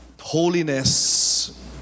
holiness